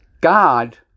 God